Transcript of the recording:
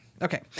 Okay